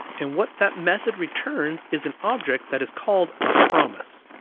and what that method returns is an object that is called a promise.